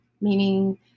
meaning